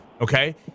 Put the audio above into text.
okay